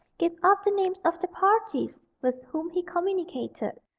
gave up the names of the parties with whom he communicated.